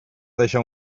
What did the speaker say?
deixar